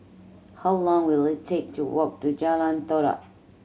how long will it take to walk to Jalan Todak